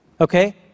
Okay